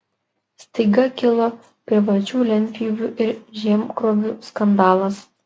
staiga kilo privačių lentpjūvių ir žemgrobių skandalas